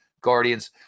Guardians